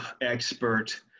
expert